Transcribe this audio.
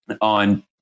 On